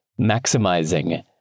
maximizing